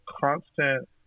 constant